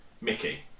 Mickey